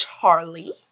Charlie